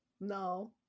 no